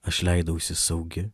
aš leidausi saugi